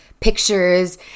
pictures